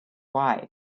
wide